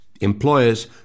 employers